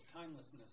timelessness